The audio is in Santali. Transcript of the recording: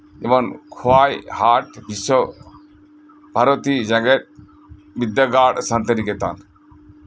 ᱡᱮᱢᱚᱱ ᱠᱷᱳᱣᱟᱭ ᱦᱟᱴ ᱵᱤᱥᱥᱚ ᱵᱷᱟᱨᱚᱛᱤ ᱡᱮᱜᱮᱫ ᱵᱤᱫᱽᱫᱟᱹᱜᱟᱲ ᱥᱟᱱᱛᱤᱱᱤᱠᱮᱛᱚᱱ